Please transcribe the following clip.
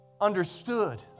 understood